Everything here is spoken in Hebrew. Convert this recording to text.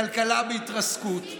הכלכלה בהתרסקות,